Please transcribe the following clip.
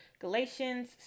Galatians